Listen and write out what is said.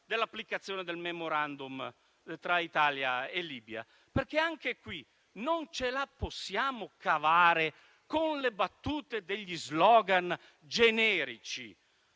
dell'applicazione del *memorandum* tra Italia e Libia. Anche in questo caso non ce la possiamo cavare con battute e slogan generici,